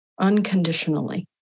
unconditionally